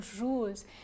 rules